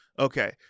Okay